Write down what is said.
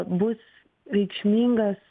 bus reikšmingas